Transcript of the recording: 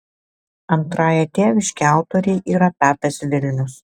antrąja tėviške autorei yra tapęs vilnius